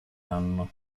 anno